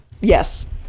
Yes